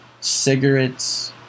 cigarettes